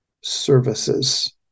services